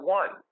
one